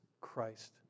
Christ